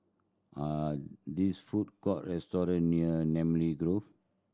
are these food court restaurant near Namly Grove